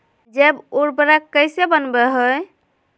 जैव उर्वरक कैसे वनवय हैय?